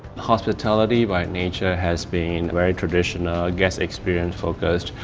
hospitality by nature has been very traditional, guest experience-focused.